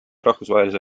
rahvusvahelise